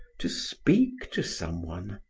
to speak to someone,